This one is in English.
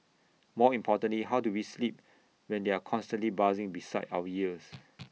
more importantly how do we sleep when they are constantly buzzing beside our ears